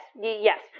yes